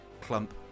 Clump